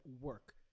work